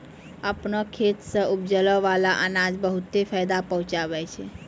आपनो खेत सें उपजै बाला अनाज बहुते फायदा पहुँचावै छै